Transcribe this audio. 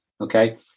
okay